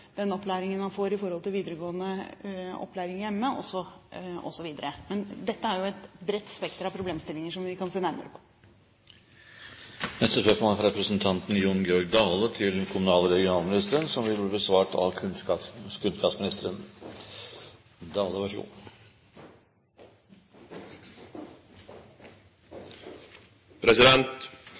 er et bredt spekter av problemstillinger som vi kan se nærmere på. Dette spørsmålet, fra representanten Jon Georg Dale til kommunal- og regionalministeren, er overført til kunnskapsministeren som rette vedkommende. Det er alltid gledeleg å møte kunnskapsministeren,